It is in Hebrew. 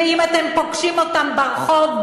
ואם אתם פוגשים אותם ברחוב,